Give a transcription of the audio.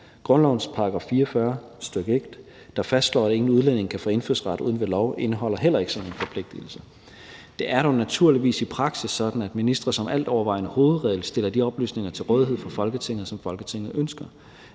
Grundlovens § 44, stk. 1, der fastslår, at ingen udlænding kan få indfødsret uden ved lov, indeholder heller ikke sådan en forpligtigelse. Det er dog naturligvis i praksis sådan, at ministre som altovervejende hovedregel stiller de oplysninger til rådighed for Folketinget, som Folketinget ønsker.